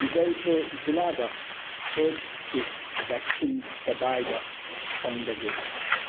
ꯌꯨꯗꯥꯏꯄꯨꯔ ꯖꯤꯜꯂꯥꯗ ꯄꯦꯠꯀꯤ ꯚꯦꯛꯁꯤꯟ ꯀꯗꯥꯏꯗ ꯐꯪꯗꯒꯦ